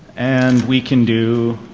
and we can do